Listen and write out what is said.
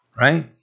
right